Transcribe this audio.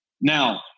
Now